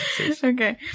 Okay